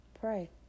pray